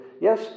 Yes